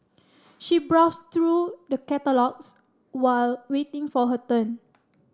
she browsed through the catalogues while waiting for her turn